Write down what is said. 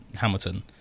Hamilton